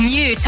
New